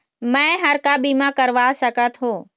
मैं हर का बीमा करवा सकत हो?